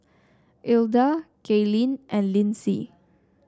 Ilda Gaylene and Lindsey